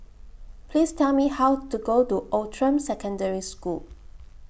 Please Tell Me How to get to Outram Secondary School